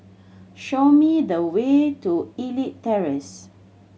show me the way to Elite Terrace